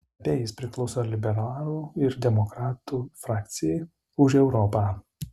ep jis priklauso liberalų ir demokratų frakcijai už europą